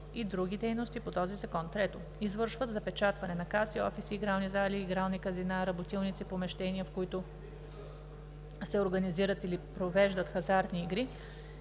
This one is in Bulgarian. и другите дейности по този закон; 3. извършват запечатване на каси, офиси, игрални зали, игрални казина, работилници, помещения, в които се организират или провеждат хазартни игри